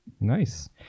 Nice